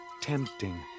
tempting